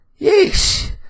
yeesh